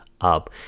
up